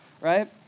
right